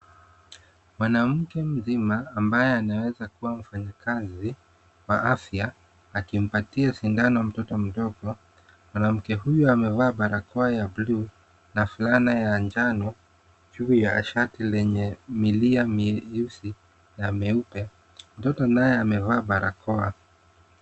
Mwanamke mzima ambaye anaweza kuwa mfanyikazi wa afya akimpatia sindano mtoto mdogo. Mwanamke huyu amevaa barakoa ya bluu na fulana ya njano juu ya shati lenye milia myeusi na myeupe. Mtoto naye amevaa barakoa.